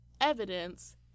evidence